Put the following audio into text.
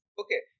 okay